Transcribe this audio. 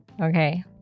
Okay